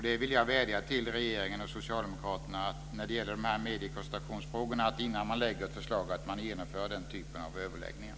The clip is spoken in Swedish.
Då vill jag vädja till regeringen och Socialdemokraterna när det gäller de här mediekoncentrationsfrågorna att man innan man lägger fram ett förslag genomför den här typen av överläggningar.